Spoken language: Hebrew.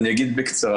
אני אגיד בקצרה.